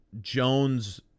Jones